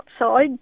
outside